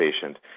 patient